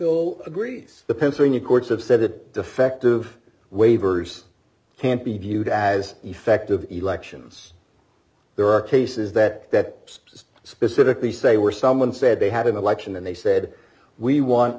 pill agrees the pennsylvania courts have said that defective waivers can't be viewed as effective elections there are cases that specifically say we're someone said they had an election and they said we